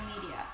media